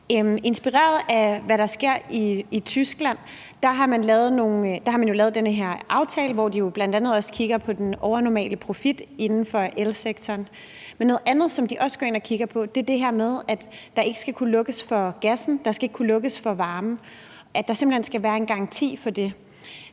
at de skal hjælpes. I Tyskland har de lavet den her aftale, hvor de bl.a. også kigger på den overnormale profit inden for elsektoren. Men noget andet, som de også går ind og kigger på, er det her med, at der ikke skal kunne lukkes for gassen, at der ikke skal kunne lukkes for varmen, og at der simpelt hen skal være en garanti for det.